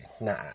Nah